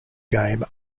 game